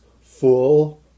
full